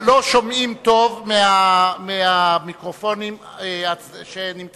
לא שומעים טוב מהמיקרופונים שנמצאים,